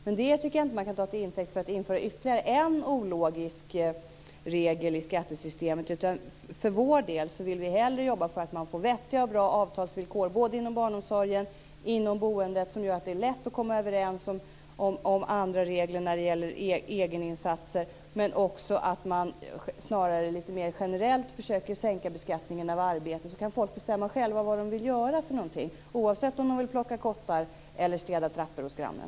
Men det tycker jag inte att man kan ta till intäkt för att införa ytterligare en ologisk regel i skattesystemet. För vår del vill vi hellre jobba för att man får vettiga och bra avtalsvillkor, både inom barnomsorgen och inom boendet, som gör att det är lätt att komma överens om andra regler när det gäller egeninsatser. Vi vill också att man litet mer generellt försöker sänka beskattningen på arbete så att människor själva kan bestämma vad de vill göra, oavsett om de vill plocka kottar eller städa trappor hos grannen.